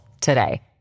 today